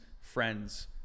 friends